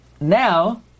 Now